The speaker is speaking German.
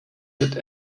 wird